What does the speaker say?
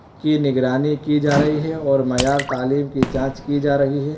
کی نگرانی کی جا رہی ہے اور معیار تعلیم کی جانچ کی جا رہی ہے